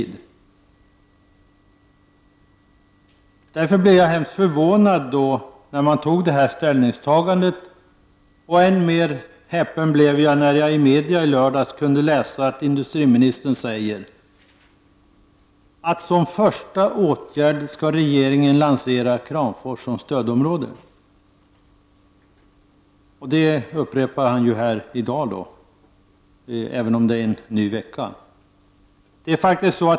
Mot den bakgrunden blev jag mycket förvånad över det aktuella ställningstagandet. Ännu mera häpen blev jag när jag i lördags i media kunde läsa att industriministern har sagt: Som första åtgärd skall regeringen lansera Kramfors som stödområde. Och detta upprepar industriministern här i dag — trots att det nu är en ny vecka.